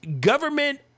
government